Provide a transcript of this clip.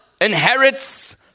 inherits